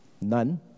None